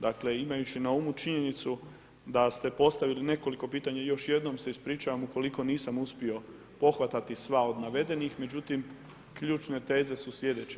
Dakle, imajući na umu činjenicu da ste postavili nekoliko pitanje, još jednom se ispričavam ukoliko nisam uspio pohvatati sva od navedenih, međutim ključne teze su slijedeće.